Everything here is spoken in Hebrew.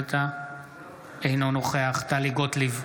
אינו נוכח טלי גוטליב,